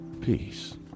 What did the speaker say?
peace